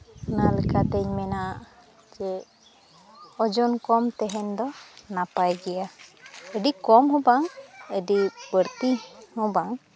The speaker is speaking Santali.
ᱚᱱᱟ ᱞᱮᱠᱟᱛᱤᱧ ᱢᱮᱱᱟ ᱡᱮ ᱳᱡᱚᱱ ᱠᱚᱢ ᱛᱮᱦᱮᱱ ᱫᱚ ᱱᱟᱯᱟᱭ ᱜᱮᱭᱟ ᱟᱹᱰᱤ ᱠᱚᱢ ᱦᱚᱸ ᱵᱟᱝ ᱟᱹᱰᱤ ᱵᱟᱹᱲᱛᱤ ᱦᱚᱸ ᱵᱟᱝ